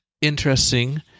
interesting